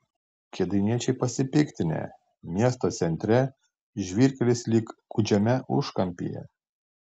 kėdainiečiai pasipiktinę miesto centre žvyrkelis lyg gūdžiame užkampyje